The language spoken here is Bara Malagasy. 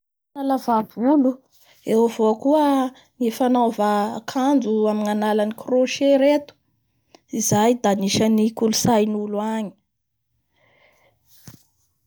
Fahalava volo eo avao koa ny fanaoava ankanjo amin'ny aalan'ny croché reto izay da anisany kolontsain'olo angy.